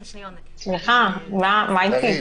כן, קארין, מה שאלת?